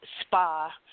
spa